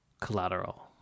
Collateral